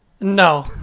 No